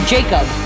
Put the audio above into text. Jacob